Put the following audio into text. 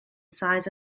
size